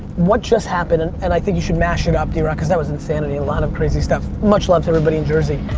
what just happened, and and i think you should mash it up drock because that was insanity. a lot of crazy stuff, much love to everybody in jersey.